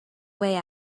way